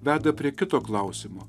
veda prie kito klausimo